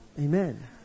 Amen